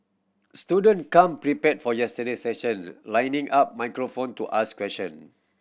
student come prepared for yesterday session lining up microphone to ask question